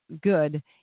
good